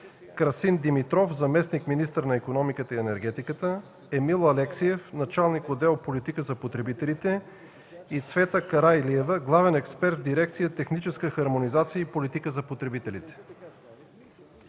Красин Димитров – заместник-министър на икономиката и енергетиката, Емил Алексиев – началник на отдел „Политика за потребителите”, и Цвета Караилиева – главен експерт в дирекция „Техническа хармонизация и политика за потребителите”.